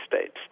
states